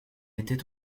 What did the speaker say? était